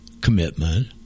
commitment